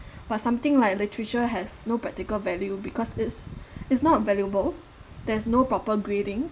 but something like literature has no practical value because it's it's not valuable there's no proper grading